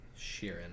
Sheeran